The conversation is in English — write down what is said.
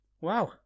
Wow